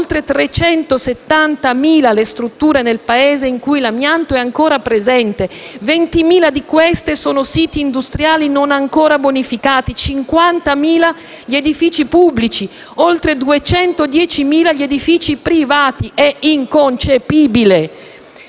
oltre 370.000 le strutture del Paese in cui è ancora presente, 20.000 delle quali sono siti industriali non ancora bonificati, 50.000 edifici pubblici e oltre 210.000 quelli privati. È inconcepibile.